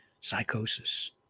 psychosis